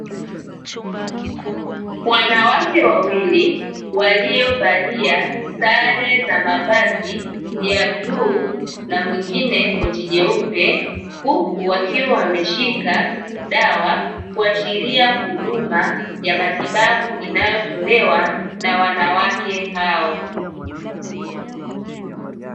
Wanawake wawili waliovalia sare za mavazi ya bluu na mwingine koti jeupe huku wakiwa wameshika dawa kuashiria huduma ya matibabu inayotolewa na wanawake hao.